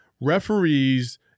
referees